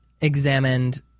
examined